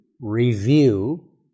review